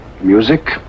music